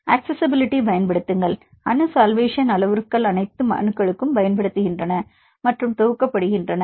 accessibility பயன்படுத்துங்கள் அணு solvation அளவுருக்கள் அனைத்து அணுக்களுக்கும் பயன் படுத்துகின்றன மற்றும் தொகுக்கப் படுகின்றன